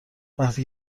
وقتی